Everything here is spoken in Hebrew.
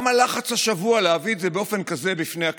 גם הלחץ השבוע להביא את זה באופן כזה בפני הכנסת,